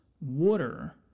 water